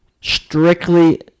strictly